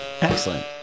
excellent